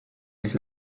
nicht